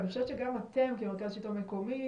ואני חושבת שגם אתם כמרכז שלטון מקומי,